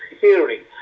hearing